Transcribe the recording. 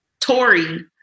Tory